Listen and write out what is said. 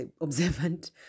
observant